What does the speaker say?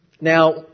Now